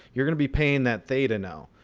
you're going to be paying that theta now.